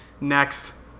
Next